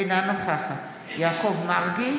אינה נוכחת יעקב מרגי,